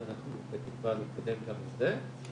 אבל אנחנו בתקווה להתקדם גם עם זה.